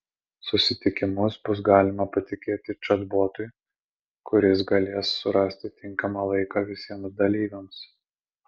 susitikimus bus galima patikėti čatbotui kuris galės surasti tinkamą laiką visiems dalyviams